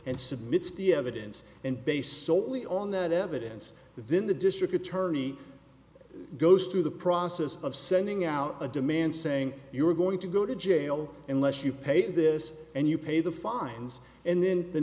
and submit the evidence and based solely on that evidence within the district attorney goes through the process of sending out a demand saying you're going to go to jail unless you pay this and you pay the fines and then the